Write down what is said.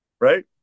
right